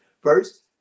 First